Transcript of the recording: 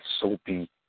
soapy